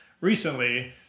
recently